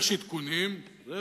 יש עדכונים, תרים את זה שהציבור יראה.